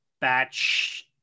batch